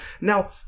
Now